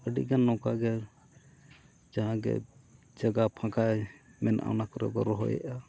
ᱟᱹᱰᱤ ᱜᱟᱱ ᱱᱚᱝᱠᱟ ᱜᱮ ᱡᱟᱦᱟᱸ ᱜᱮ ᱡᱟᱭᱜᱟ ᱯᱷᱟᱸᱠᱟ ᱢᱮᱱᱟᱜᱼᱟ ᱚᱱᱟ ᱠᱚᱨᱮ ᱠᱚ ᱨᱚᱦᱚᱭᱮᱜᱼᱟ